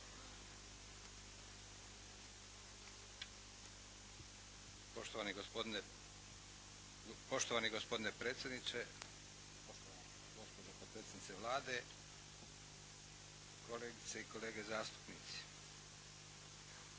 poštovani gospodine predsjedniče, poštovani predstavnici Vlade, uvažene kolegice i kolege zastupnici.